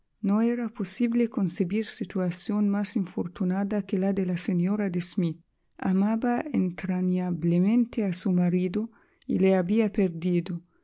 no era posible concebir situación más infortunada que la de la señora de smith amaba entrañablemente a su marido y le había perdido